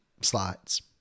slides